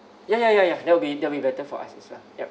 ya ya ya ya that'll be that'll be better for us as well yup